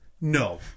No